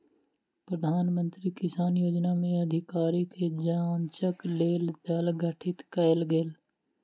प्रधान मंत्री किसान योजना में अधिकारी के जांचक लेल दल गठित कयल गेल